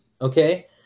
okay